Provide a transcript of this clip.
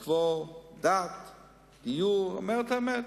סטטוס-קוו, דת, גיור, אני אומר את האמת.